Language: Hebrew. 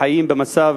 חיים במצב